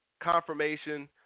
confirmation